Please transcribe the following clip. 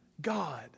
God